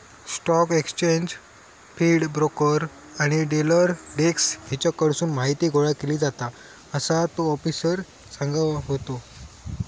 stock exchange feed, broker आणि dealer desk हेच्याकडसून माहीती गोळा केली जाता, असा तो आफिसर सांगत होतो